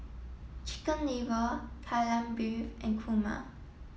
chicken liver Kai Lan Beef and Kurma